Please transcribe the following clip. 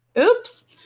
Oops